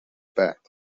بعد